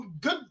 good